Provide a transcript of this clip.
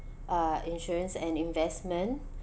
uh insurance and investment